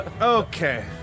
Okay